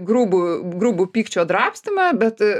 grubų grubų pykčio drabstymą bet